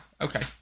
okay